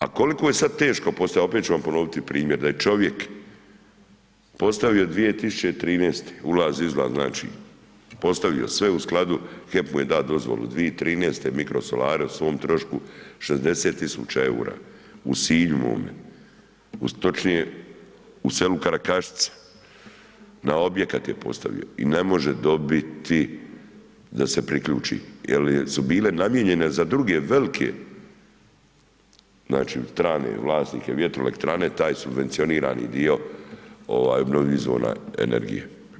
A koliko je sad teško postaviti, opet ću vam ponoviti primjer da je čovjek postavio 2013. ulaz izlaz znači, postavio sve u skladu, HEP mu je dao dozvolu 2013. mikrosolare o svom trošku 60 tisuća eura u Sinju mome, točnije u selu Karakašica na objekat je postavio i ne može dobiti da se priključi jer su bile namijenjene za druge velike, znači strane vlasnike vjetroelektrane, taj subvencionirani dio obnovljivih izvora energije.